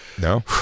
No